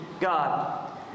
God